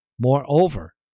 Moreover